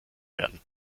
werden